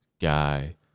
guy